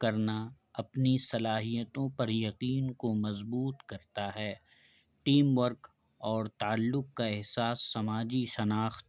کرنا اپنی صلاحیتوں پر یقین کو مضبوط کرتا ہے ٹیم ورک اور تعلق کا احساس سماجی شناخت